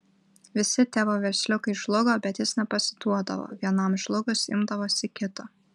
visi tėvo versliukai žlugo bet jis nepasiduodavo vienam žlugus imdavosi kito